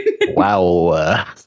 Wow